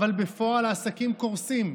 אבל בפועל העסקים קורסים.